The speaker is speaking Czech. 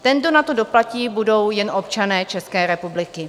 Ten, kdo na to doplatí, budou jen občané České republiky.